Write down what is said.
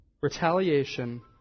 retaliation